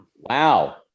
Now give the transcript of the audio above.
wow